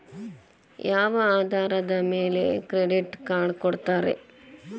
ಯಾವ ಆಧಾರದ ಮ್ಯಾಲೆ ಕ್ರೆಡಿಟ್ ಕಾರ್ಡ್ ಕೊಡ್ತಾರ?